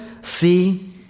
see